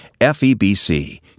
FEBC